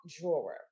drawer